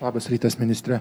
labas rytas ministre